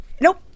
Nope